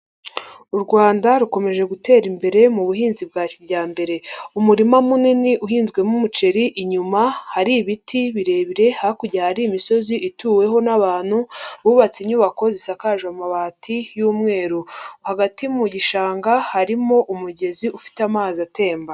U Rwanda rukomeje gutera imbere mu buhinzi bwa kijyambere. Umurima munini uhinzwemo umuceri, inyuma hari ibiti birebire, hakurya hari imisozi ituweho n'abantu, bubatse inyubako zisakaje amabati y'umweru. Hagati mu gishanga harimo umugezi ufite amazi atemba.